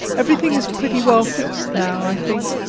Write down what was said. everything is pretty well fixed now, i think,